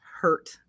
hurt